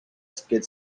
skid